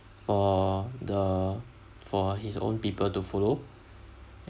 for the for his own people to follow